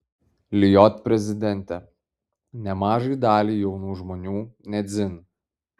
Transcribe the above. lijot prezidentė nemažai daliai jaunų žmonių ne dzin